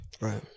Right